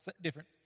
different